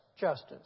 justice